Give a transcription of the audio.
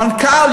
מנכ"ל,